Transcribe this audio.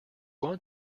want